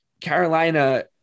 Carolina